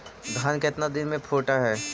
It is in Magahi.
धान केतना दिन में फुट है?